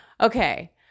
Okay